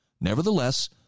Nevertheless